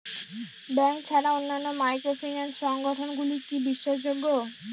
Bank ছাড়া অন্যান্য microfinance সংগঠন গুলি কি বিশ্বাসযোগ্য?